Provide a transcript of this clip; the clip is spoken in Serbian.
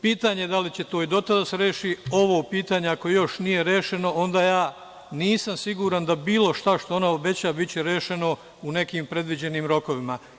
Pitanje je da li će to i do tada da se reši, ovo pitanje ako još nije rešeno, onda nisam siguran da bilo šta što ona obeća biće rešeno u nekim predviđenim rokovima.